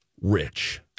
rich